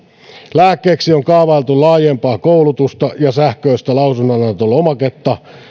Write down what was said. lääkkeeksi on kaavailtu laajempaa koulutusta ja sähköistä lausunnonantolomaketta